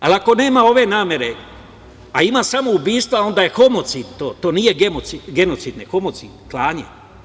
Ali, ako nema ove namere, a ima samoubistva onda je homocid, to nije genocid, nego homocid – klanje.